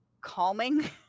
calming